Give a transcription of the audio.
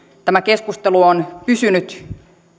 tämä keskustelu on pysynyt